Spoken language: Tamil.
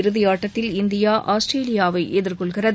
இறுதி ஆட்டத்தில் இந்தியா ஆஸ்திரேலியாவை எதிர்கொள்கிறது